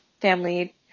family